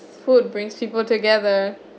food brings people together